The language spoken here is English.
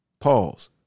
Pause